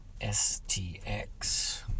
STX